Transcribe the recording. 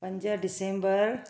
पंज डिसैम्बर